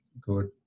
good